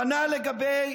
כנ"ל לגבי